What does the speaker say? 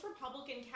Republican